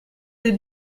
des